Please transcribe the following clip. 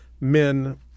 men